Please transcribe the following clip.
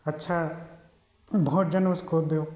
अच्छा भोजन उसको दो